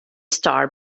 star